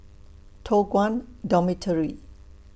Toh Guan Dormitory